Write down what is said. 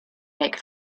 make